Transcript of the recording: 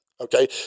Okay